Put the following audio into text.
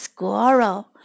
Squirrel